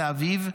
לאביו,